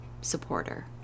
supporter